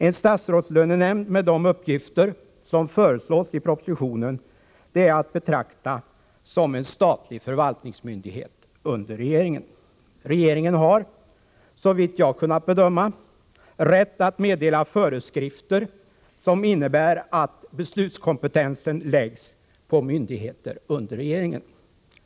En statsrådslönenämnd med de uppgifter som föreslås i propositionen är att betrakta som en statlig förvaltningsmyndighet under regeringen. Regeringen har, såvitt jag kunnat bedöma, rätt att meddela föreskrifter som innebär att beslutskompetensen läggs på myndigheter under regeringen.